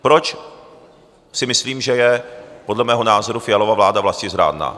Proč si myslím, že je podle mého názoru Fialova vláda vlastizrádná?